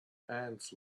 ants